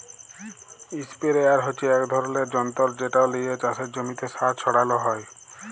ইসপেরেয়ার হচ্যে এক ধরলের যন্তর যেট লিয়ে চাসের জমিতে সার ছড়ালো হয়